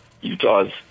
Utah's